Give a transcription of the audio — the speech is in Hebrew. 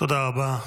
תודה רבה.